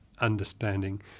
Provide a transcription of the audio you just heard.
understanding